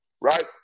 right